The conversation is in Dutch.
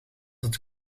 het